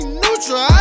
neutral